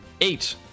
Eight